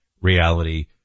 reality